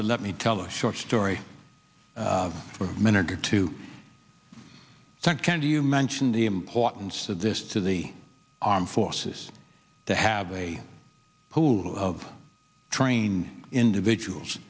to let me tell a short story for a minute or two second you mentioned the importance of this to the armed forces to have a pool of trained individuals